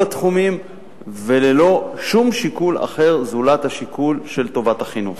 התחומים וללא שום שיקול אחר זולת השיקול של טובת החינוך.